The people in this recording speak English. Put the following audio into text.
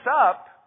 up